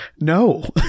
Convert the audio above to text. no